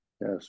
yes